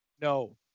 No